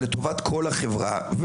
ולטובת כל החברה,